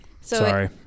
sorry